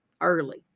Early